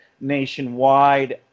nationwide